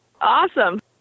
awesome